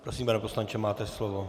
Prosím, pane poslanče, máte slovo.